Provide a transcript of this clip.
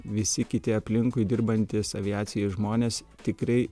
visi kiti aplinkui dirbantys aviacijoj žmonės tikrai